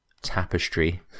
tapestry